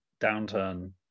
downturn